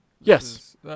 Yes